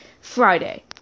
Friday